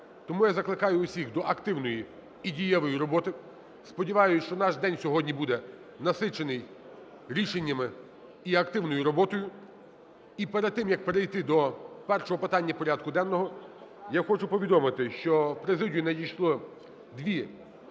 Тому я закликаю усіх до активної і дієвої роботи. Сподіваюсь, що наш день сьогодні буде насичений рішеннями і активною роботою. І перед тим, як перейти до першого питання порядку денного, я хочу повідомити, що в президію надійшло дві